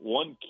one